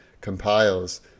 compiles